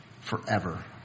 forever